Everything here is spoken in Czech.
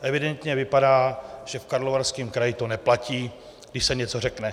Evidentně to vypadá, že v Karlovarském kraji neplatí, když se něco řekne.